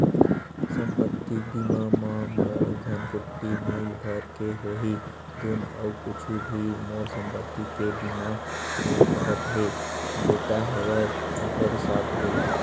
संपत्ति बीमा म मोर धनकुट्टी मील भर के होही धुन अउ कुछु भी मोर संपत्ति के बीमा हो सकत हे बेटा हवय ओखर हिसाब ले?